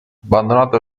abbandonato